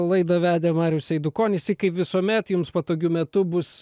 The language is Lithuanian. laidą vedė marius eidukonis ji kaip visuomet jums patogiu metu bus